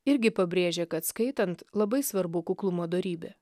irgi pabrėžė kad skaitant labai svarbu kuklumo dorybė